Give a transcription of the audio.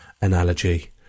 analogy